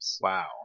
Wow